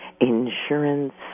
insurance